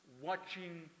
watching